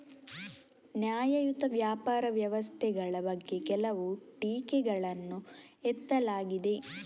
ನ್ಯಾಯಯುತ ವ್ಯಾಪಾರ ವ್ಯವಸ್ಥೆಗಳ ಬಗ್ಗೆ ಕೆಲವು ಟೀಕೆಗಳನ್ನು ಎತ್ತಲಾಗಿದೆ